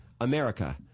America